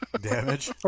Damage